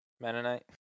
Mennonite